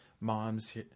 Moms